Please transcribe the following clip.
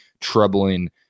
troubling